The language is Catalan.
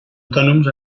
autònoms